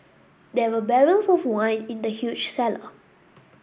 there were barrels of wine in the huge cellar